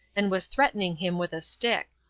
and was threatening him with a stick.